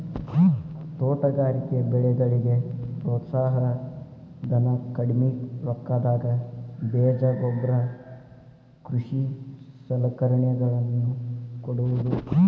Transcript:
ತೋಟಗಾರಿಕೆ ಬೆಳೆಗಳಿಗೆ ಪ್ರೋತ್ಸಾಹ ಧನ, ಕಡ್ಮಿ ರೊಕ್ಕದಾಗ ಬೇಜ ಗೊಬ್ಬರ ಕೃಷಿ ಸಲಕರಣೆಗಳ ನ್ನು ಕೊಡುವುದು